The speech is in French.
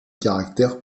caractère